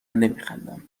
نمیخندم